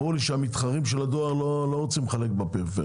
ברור לי שהמתחרים של הדואר לא רוצים לחלק בפריפריה.